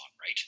right